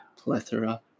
Plethora